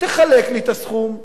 תחלק לי את הסכום,